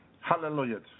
Hallelujah